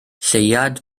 lleuad